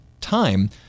time